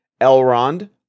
Elrond